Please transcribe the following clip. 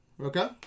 Okay